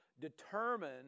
determine